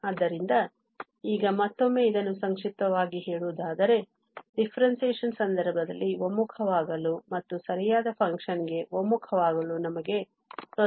ಆದ್ದರಿಂದ ಈಗ ಮತ್ತೊಮ್ಮೆ ಇದನ್ನು ಸಂಕ್ಷಿಪ್ತವಾಗಿ ಹೇಳುವುದಾದರೆ differentiation ಸಂದರ್ಭದಲ್ಲಿ ಒಮ್ಮುಖವಾಗಲು ಮತ್ತು ಸರಿಯಾದ function ಗೆ ಒಮ್ಮುಖವಾಗಲು ನಮಗೆ ತೊಂದರೆಗಳಿವೆ